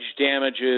damages